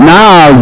now